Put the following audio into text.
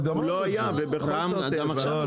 אבל --- הוא לא היה ובכל זאת העברנו.